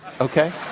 Okay